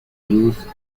use